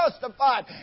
justified